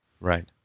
Right